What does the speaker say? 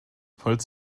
falls